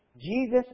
Jesus